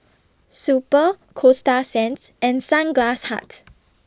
Super Coasta Sands and Sunglass Hut